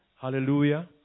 Hallelujah